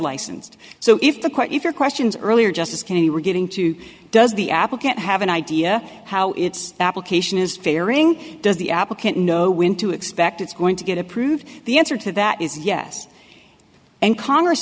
licensed so if the court your questions earlier justice kennedy were getting too does the applicant have an idea how its application is fairing does the applicant know when to expect it's going to get approved the answer to that is yes and congress